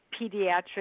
pediatric